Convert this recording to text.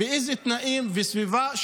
באיזה תנאים וסביבה.